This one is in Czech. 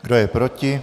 Kdo je proti?